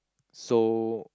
so